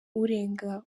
urenga